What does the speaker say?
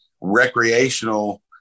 recreational